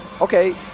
okay